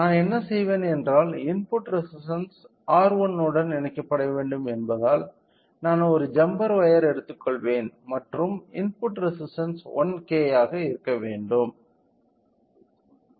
நான் என்ன செய்வேன் என்றால் இன்புட் ரெசிஸ்டன்ஸ் R1 உடன் இணைக்கப்பட வேண்டும் என்பதால் நான் ஒரு ஜம்பர் வயர் எடுத்துக்கொள்வேன் மற்றும் இன்புட் ரெசிஸ்டன்ஸ் 1K ஆக இருக்க வேண்டும்